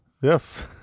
Yes